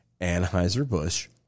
Anheuser-Busch